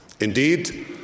Indeed